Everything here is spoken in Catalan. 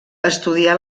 estudià